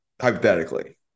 hypothetically